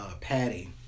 Patty